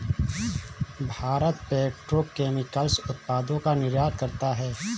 Bharat petrochemicals उत्पादों का निर्यात करता है